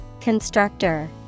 Constructor